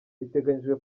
biteganyijwe